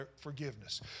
forgiveness